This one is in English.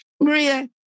Maria